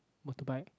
motorbike